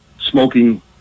smoking